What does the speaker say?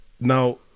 Now